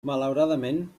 malauradament